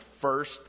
first